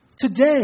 Today